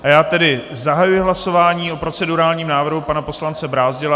Já tedy zahajuji hlasování o procedurálním návrhu pana poslance Brázdila.